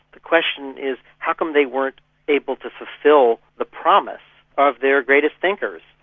the question is how come they weren't able to fulfil the promise of their greatest thinkers?